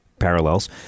parallels